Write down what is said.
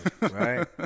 Right